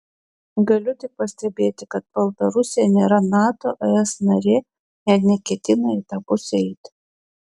galiu tik pastebėti kad baltarusija nėra nato es narė net neketina į tą pusę eiti